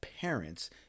parents